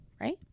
right